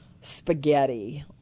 spaghetti